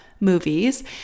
Movies